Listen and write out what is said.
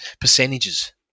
percentages